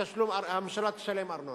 שהממשלה תשלם ארנונה.